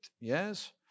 yes